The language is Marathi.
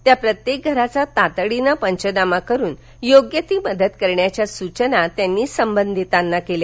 त्या प्रत्येक घराचा तातडीनं पंचनामा करून योग्य ती मदत करण्याच्या सूचना त्यांनी संबंधितांना दिल्या